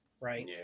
Right